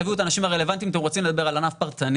תביאו את האנשים הרלוונטיים אם אתם רוצים לדבר על ענף פרטני.